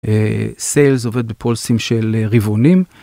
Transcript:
סיילס עובד בפולסים של רבעונים.